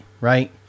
right